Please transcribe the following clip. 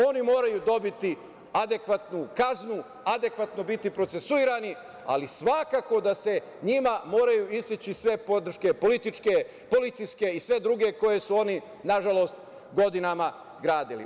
Oni moraju dobiti adekvatnu kaznu, adekvatno biti procesuirani, ali svakako da se njima moraju iseći sve podrške političke, policijske i sve druge koje su oni, nažalost, godinama gradili.